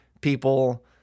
people